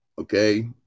Okay